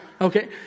Okay